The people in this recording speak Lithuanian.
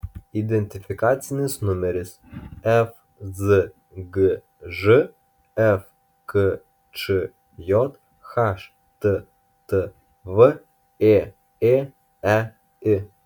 identifikacinis numeris fzgž fkčj httv ėėei